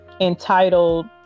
entitled